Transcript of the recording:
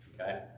Okay